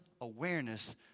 awareness